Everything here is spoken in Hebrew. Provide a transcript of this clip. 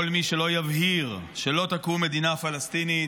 כל מי שלא יבהיר שלא תקום מדינה פלסטינית,